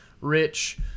rich